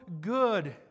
good